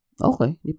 okay